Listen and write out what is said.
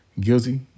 guilty